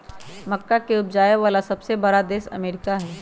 मक्का के उपजावे वाला सबसे बड़ा देश अमेरिका हई